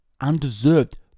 undeserved